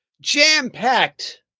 jam-packed